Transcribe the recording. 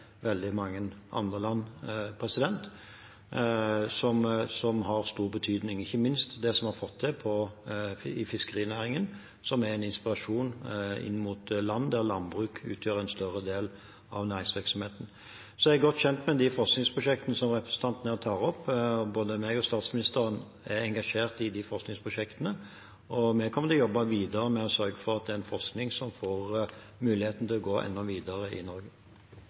veldig mange andre land. Det har stor betydning – ikke minst det vi har fått til i fiskerinæringen, som er en inspirasjon for land der landbruket utgjør en større del av næringsvirksomheten. Så er jeg godt kjent med de forskningsprosjektene som representanten her tar opp. Både jeg og statsministeren er engasjert i de forskningsprosjektene, og vi kommer til å jobbe videre med å sørge for at det er en forskning som får muligheten til å gå enda videre i Norge.